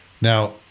Now